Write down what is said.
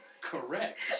Correct